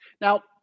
Now